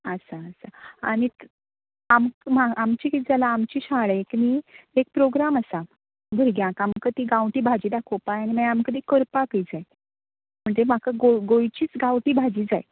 आसा आसा आनीक आम आमचें किद जालां आमचें शाळेक न्ही एक प्रोग्राम आसात भुरग्यांक आमकां ती गांवठी भाजी दाखोवपाक जाय आनी मागीर आमकां ती करपाकय जाय म्हणटगीर म्हाका गो गोंयचीच गांवठी भाजी जाय